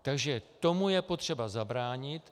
Takže tomu je potřeba zabránit.